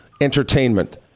entertainment